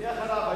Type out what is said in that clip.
מי אחריו?